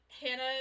Hannah